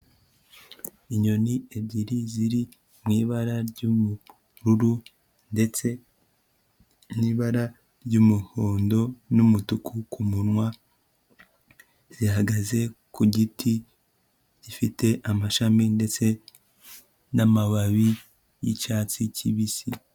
Inyoni ebyiri ziri mu ibara ry'ubururu ndetse n'ibara ry'umuhondo n'umutuku ku munwa. zihagaze ku giti gifite amashami ndetse n'amababi y'icyatsi kibisi.